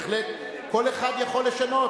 בהחלט, כל אחד יכול לשנות.